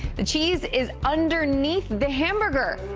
the cheese is underneath the hamburger.